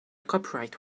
copyright